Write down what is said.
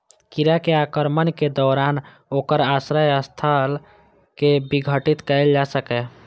कीड़ा के आक्रमणक दौरान ओकर आश्रय स्थल कें विघटित कैल जा सकैए